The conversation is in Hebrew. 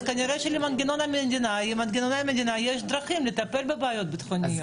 אז כנראה שלמנגנוני המדינה יש דרכים לטפל בבעיות ביטחוניות.